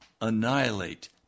annihilate